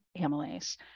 amylase